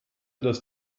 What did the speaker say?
das